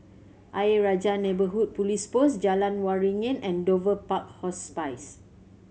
Ayer Rajah Neighbourhood Police Post Jalan Waringin and Dover Park Hospice